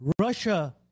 Russia